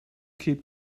keep